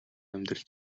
амьдрал